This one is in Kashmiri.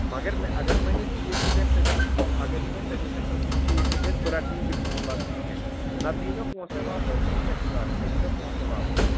مگر مےٚ اگر وۄنۍ یہِ ٹھیٖک تہِ گژھِ سٔروِس اگر یہِ وۄنۍ سٔروِس سٮ۪نٹرَس منٛز ٹھیٖک تہِ گژھِ بہٕ رَٹٕنہٕ یہِ فون لفطہِ کیٚنٛہہ نَتہٕ دِیہِ مےٚ پونٛسَے واپَس تہٕ مےٚ کیٛاہ چھُ کَرُن مےٚ دیٖتو پونٛسَے واپَس